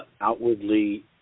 outwardly